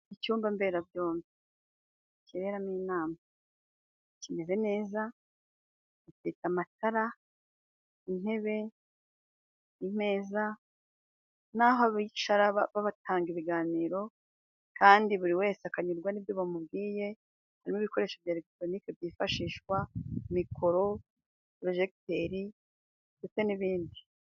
Icyumba mberabyombi kiberamo inama, kimeze neza gifite amatara, intebe, imeza naho bicara. Baba batanga ibiganiro kandi buri wese akanyurwa n'ibyo bamubwiye, kirimo ibikoresho bya Elekitoronike byifashishwa Mikoro, Porojegiteri ndetse n'ibindi.